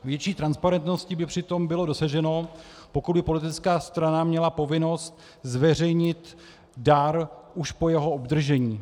Větší transparentnosti by přitom bylo dosaženo, pokud by politická strana měla povinnost zveřejnit dar už po jeho obdržení.